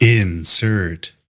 Insert